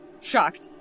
shocked